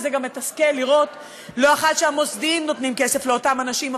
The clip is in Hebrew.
זה גם מתסכל לראות לא אחת שהמוסדיים נותנים כסף לאותם אנשים.